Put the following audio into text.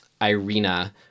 Irina